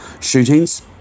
shootings